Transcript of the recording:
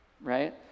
Right